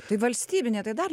tai valstybinė tai dar